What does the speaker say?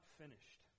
finished